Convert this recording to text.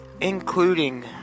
including